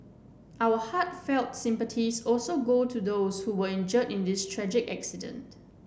our heartfelt sympathies also go to those who were injured in this tragic accident